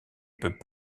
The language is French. peut